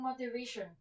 motivation